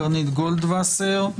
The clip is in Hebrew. קרנית גולדווסר,